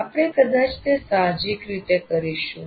આપણે કદાચ તે સાહજિક રીતે કરીશું